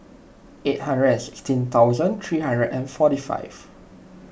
eight hundred and sixteen thousand three hundred and forty five